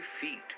feet